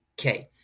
Okay